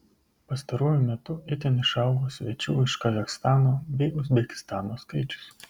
pastaruoju metu itin išaugo svečių iš kazachstano bei uzbekistano skaičius